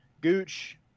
Gooch